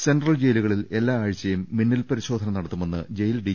central ജയിലുകളിൽ എല്ലാ ആഴ്ചയും മിന്നൽ പരിശോധന നടത്തുമെന്ന് ജയിൽ ഡി